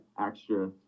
extra